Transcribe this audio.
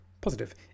positive